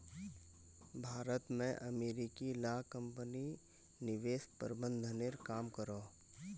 भारत में अमेरिकी ला कम्पनी निवेश प्रबंधनेर काम करोह